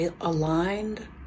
aligned